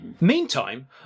Meantime